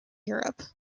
europe